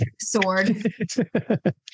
sword